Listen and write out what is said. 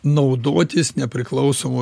naudotis nepriklausomu